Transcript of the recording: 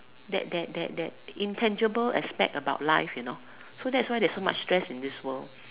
that that that that intangible aspect about life you know that's why there's so much stress in this world